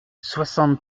soixante